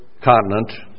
continent